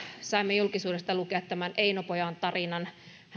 saimme julkisuudesta lukea tämän eino pojan tarinan